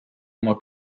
oma